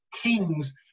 kings